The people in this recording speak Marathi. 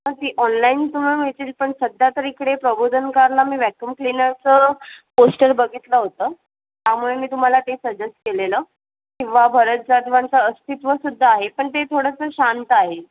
हां ती ऑनलाईन तुम्हाला मिळतील पण सध्या तर इकडे प्रबोधनकारला मी वॅक्युम क्लिनरचं पोस्टर बघितलं होतं त्यामुळे मी तुम्हाला ते सजेस्ट केलेलं किंवा भरत जाधवांचं अस्तित्व सुद्धा आहे पण ते थोडंसं शांत आहे